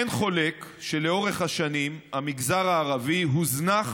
אין חולק שלאורך השנים המגזר הערבי הוזנח